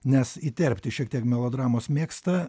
nes įterpti šiek tiek melodramos mėgsta